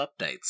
updates